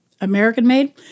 American-made